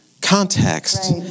context